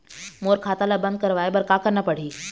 मोर खाता ला बंद करवाए बर का करना पड़ही?